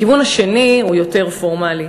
הכיוון השני הוא יותר פורמלי,